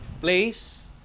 Place